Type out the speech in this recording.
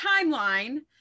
timeline